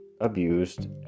abused